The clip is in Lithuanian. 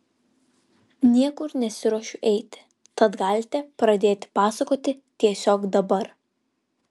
niekur nesiruošiu eiti tad galite pradėti pasakoti tiesiog dabar